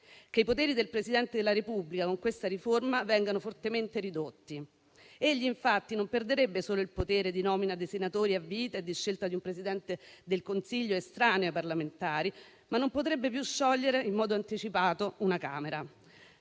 che i poteri del Presidente della Repubblica con questa riforma vengano fortemente ridotti. Egli infatti non perderebbe solo il potere di nomina dei senatori a vita e di scelta di un Presidente del Consiglio estraneo ai parlamentari, ma non potrebbe più sciogliere, in modo anticipato, una Camera.